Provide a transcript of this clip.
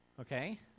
Okay